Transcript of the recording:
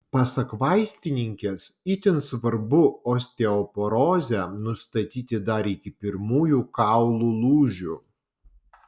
pasak vaistininkės itin svarbu osteoporozę nustatyti dar iki pirmųjų kaulų lūžių